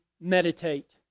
meditate